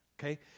Okay